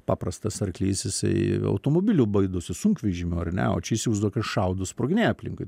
paprastas arklys jisai automobilių baidosi sunkvežimio ar ne o čia įsivaizduokit šaudo sproginėja aplinkui